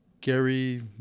Gary